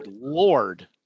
lord